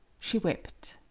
she wept.